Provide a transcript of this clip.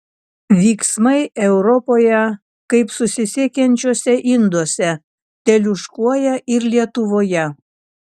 vyksmai europoje kaip susisiekiančiuose induose teliūškuoja ir lietuvoje